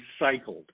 recycled